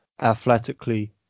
athletically